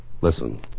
Listen